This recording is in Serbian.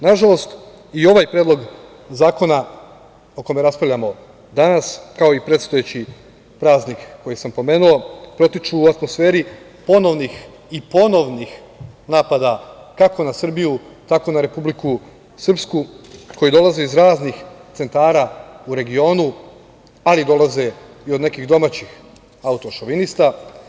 Nažalost, i ovaj predlog zakona o kome raspravljamo danas, kao i predstojeći praznik koji sam pomenuo protiču u atmosferi ponovnih i ponovnih napada, kako na Srbiju tako i na Republiku Srpsku koji dolaze iz raznih centara u regionu, ali dolaze i od nekih domaćih autošovinista.